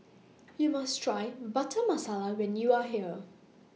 YOU must Try Butter Masala when YOU Are here